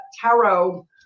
tarot